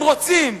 הם רוצים.